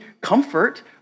comfort